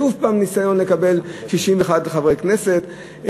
שוב ניסיון לקבל 61 מחברי הכנסת,